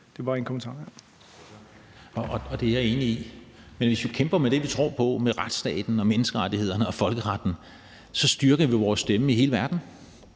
Friis Bach (RV): Det er jeg enig i. Men hvis vi kæmper med det, vi tror på, med retsstaten og menneskerettighederne og folkeretten, så styrker vi vores stemme i hele verden,